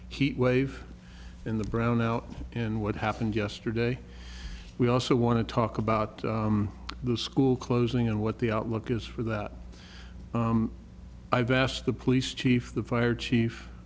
heat wave in the brownout and what happened yesterday we also want to talk about the school closing and what the outlook is for that i've asked the police chief the fire chief